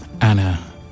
Anna